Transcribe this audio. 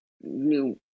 new